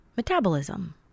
metabolism